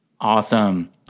Awesome